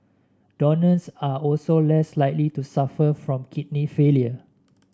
donors are also less likely to suffer from kidney failure